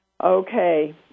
Okay